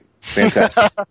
fantastic